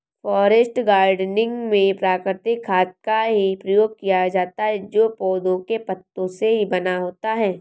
forest gardening में प्राकृतिक खाद का ही प्रयोग किया जाता है जो पौधों के पत्तों से ही बना होता है